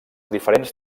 diferents